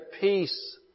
peace